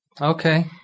Okay